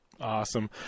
awesome